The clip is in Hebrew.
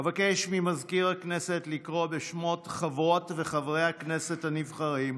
אבקש ממזכיר הכנסת לקרוא בשמות חברות וחברי הכנסת הנבחרים,